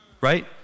right